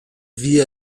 vit